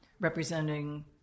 representing